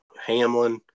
Hamlin